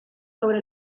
sobre